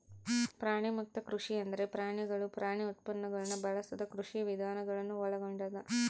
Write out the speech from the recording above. ಪ್ರಾಣಿಮುಕ್ತ ಕೃಷಿ ಎಂದರೆ ಪ್ರಾಣಿಗಳು ಪ್ರಾಣಿ ಉತ್ಪನ್ನಗುಳ್ನ ಬಳಸದ ಕೃಷಿವಿಧಾನ ಗಳನ್ನು ಒಳಗೊಂಡದ